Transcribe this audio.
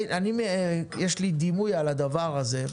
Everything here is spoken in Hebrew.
יש לי דימוי על הדבר הזה.